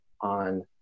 on